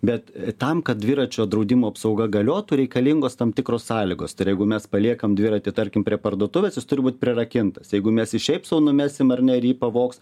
bet tam kad dviračio draudimo apsauga galiotų reikalingos tam tikros sąlygos jeigu mes paliekam dviratį tarkim prie parduotuvės jis turi būt prirakintas jeigu mes šiaip sau numesim ar nery pavogs